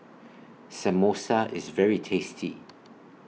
Samosa IS very tasty